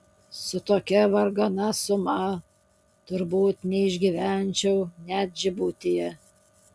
su tokia vargana suma turbūt neišgyvenčiau net džibutyje